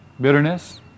bitterness